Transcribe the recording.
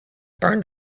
burned